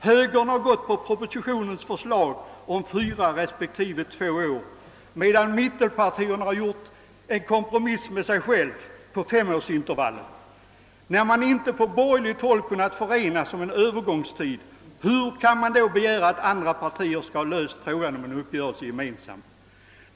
Högern har stött propositionens förslag om fyra respektive två års övergångstid, medan mittenpartierna har stannat för en kompromiss sig själva emellan innebärande en övergångstid på fem år. När inte de borgerliga själva kunnat bli eniga om en övergångstid, hur kan de då begära att frågan skulle ha lösts genom en gemensam uppgörelse med andra partier?